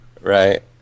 Right